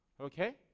Okay